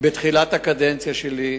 בתחילת הקדנציה שלי,